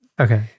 Okay